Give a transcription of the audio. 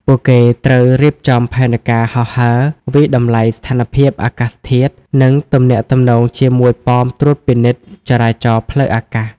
ពួកគេក៏ត្រូវរៀបចំផែនការហោះហើរ វាយតម្លៃស្ថានភាពអាកាសធាតុ និងទំនាក់ទំនងជាមួយប៉មត្រួតពិនិត្យចរាចរណ៍ផ្លូវអាកាស។